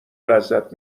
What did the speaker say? لذت